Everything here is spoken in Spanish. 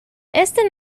este